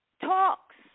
talks